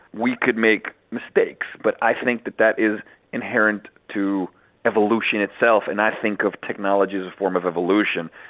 we could make mistakes, but i think that that is inherent to evolution itself and i think of technology as a form of evolution.